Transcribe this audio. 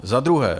Za druhé.